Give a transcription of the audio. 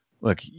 look